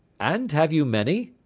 and have you many?